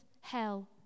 hell